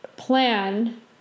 plan